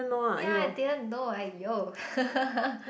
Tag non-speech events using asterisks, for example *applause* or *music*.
ya I didn't know !aiyo! *laughs*